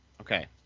Okay